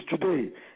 today